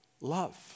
love